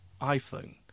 iPhone